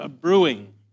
brewing